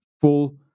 full